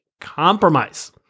compromise